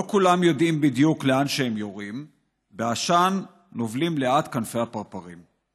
/ לא כולם יודעים בדיוק לאן שהם יורים / בעשן נובלים לאט כנפי הפרפרים.